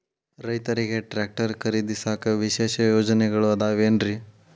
ರೈತರಿಗೆ ಟ್ರ್ಯಾಕ್ಟರ್ ಖರೇದಿಸಾಕ ವಿಶೇಷ ಯೋಜನೆಗಳು ಅದಾವೇನ್ರಿ?